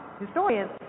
historians